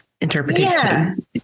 interpretation